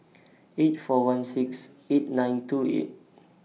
eight four one six eight nine two eight